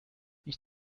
ich